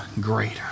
greater